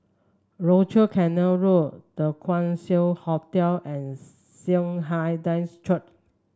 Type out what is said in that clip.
Rochor Canal Road The Keong Saik Hotel and Saint Hilda's Church